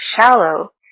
shallow